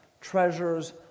treasures